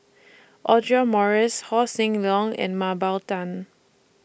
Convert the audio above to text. Audra Morrice Haw Shin Leong and Mah Bow Tan